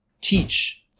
teach